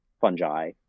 fungi